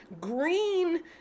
green